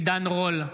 עידן רול,